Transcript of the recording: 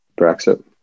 Brexit